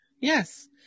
Yes